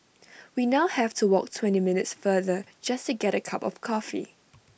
we now have to walk twenty minutes farther just to get A cup of coffee